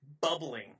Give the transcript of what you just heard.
bubbling